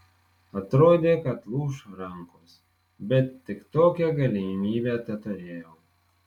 atrodė kad lūš rankos bet tik tokią galimybę teturėjau